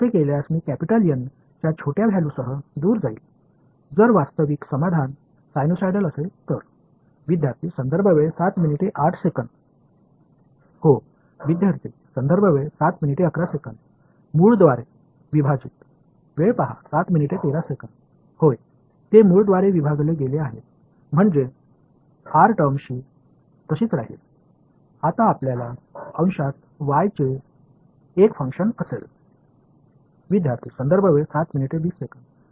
तसे केल्यास मी कॅपिटल N च्या छोट्या व्हॅलूसह दूर जाईल जर वास्तविक समाधान सायनुसायडल असेल तर हो विद्यार्थीः मूळ द्वारे विभाजित होय ते मूळ द्वारे विभागले गेले आहेत म्हणजे आर टर्म तशीच राहील आता आपल्या अंशात वाय चे एक फंक्शन असेल